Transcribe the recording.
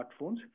smartphones